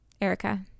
Erica